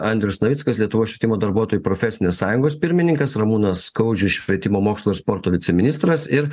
andrius navickas lietuvos švietimo darbuotojų profesinės sąjungos pirmininkas ramūnas skaudžius švietimo mokslo ir sporto viceministras ir